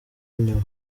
nyuma